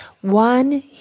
One